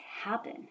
happen